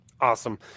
Awesome